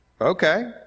Okay